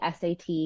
SAT